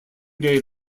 day